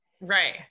Right